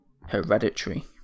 hereditary